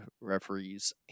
referees